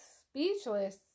speechless